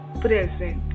present